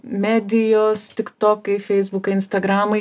medijos tik tokai feisbukai instagramai